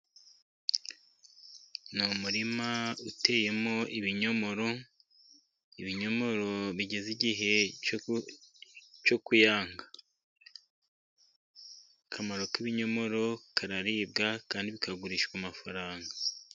Ni umurima uteyemo ibinyomoro, ibinyomoro bigeze igihe cyo kuyanga , akamaro k'ibinyomoro biraribwa kandi bikagurishwa amafaranga.